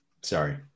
Sorry